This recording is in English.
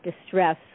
distress